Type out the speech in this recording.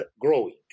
growing